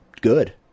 good